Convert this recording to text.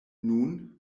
nun